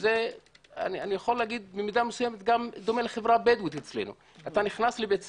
זה גם דומה לחברה הבדואית אצלנו אתה נכנס לבית ספר,